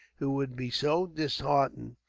who would be so disheartened,